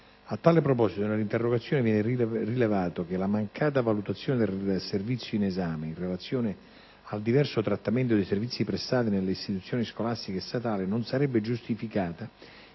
A tale proposito, nell'interrogazione viene rilevato che la mancata valutazione del servizio in esame, in relazione al diverso trattamento dei servizi prestati nelle istituzioni scolastiche statali, non sarebbe giustificata